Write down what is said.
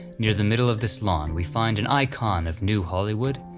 near the middle of this lawn we find an icon of new hollywood,